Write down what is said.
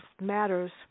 Matters